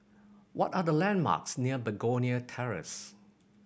what are the landmarks near Begonia Terrace